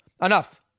Enough